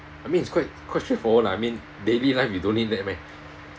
I mean it's quite quite straightforward lah I mean daily life you don't need that meh